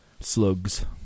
slugs